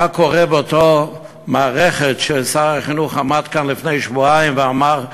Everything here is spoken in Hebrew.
מה קורה באותה מערכת ששר החינוך עמד כאן לפני שבועיים ואמר: